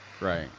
right